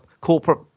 corporate